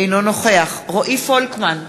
אינו נוכח רועי פולקמן,